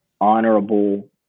honorable